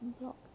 block